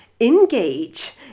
engage